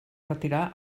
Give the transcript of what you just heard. retirar